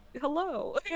Hello